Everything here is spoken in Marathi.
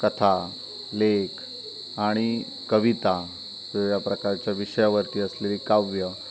कथा लेख आणि कविता वेगळ्या प्रकारच्या विषयावरती असलेली काव्यं